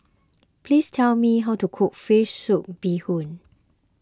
please tell me how to cook Fish Soup Bee Hoon